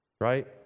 Right